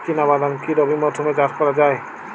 চিনা বাদাম কি রবি মরশুমে চাষ করা যায়?